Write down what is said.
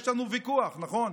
יש לנו ויכוח, נכון.